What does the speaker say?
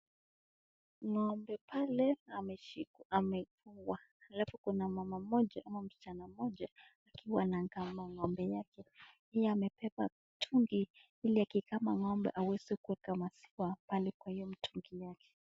Ng'ombe pale ameshikwa, amefungwa. Halafu kuna mama mmoja ama msichana mmoja akiwa anakama ng'ombe yake. Yeye amebeba mtungi ili akikama ng'ombe aweze kuweka maziwa pale kwa hiyo mtungi yake.